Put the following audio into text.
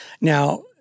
Now